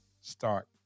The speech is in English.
start